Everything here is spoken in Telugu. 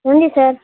ఉంది సార్